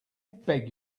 beg